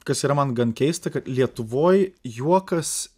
kas yra man gan keista kad lietuvoj juokas